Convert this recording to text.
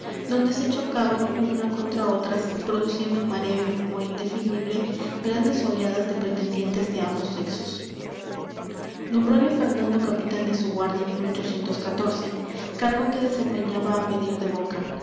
donde se chocaban unas contra otras produciendo mareo y rumor indefinible grandes oleadas de pretendientes de ambos sexos nombrole fernando capitán de su guardia en cargo que desempeñaba a pedir de boca